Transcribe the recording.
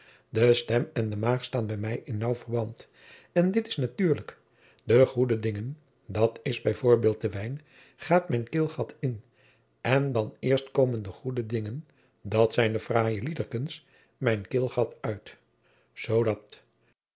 de stem en de maag staan bij mij in naauw verband en dit is natuurlijk de goede dingen dat is bij voorbeeld de wijn gaat mijn keelgat in en dan eerst komen de goede dingen dat zijn de fraaie liedekens mijn keelgat uit zoodat